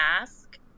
ask